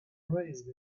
raised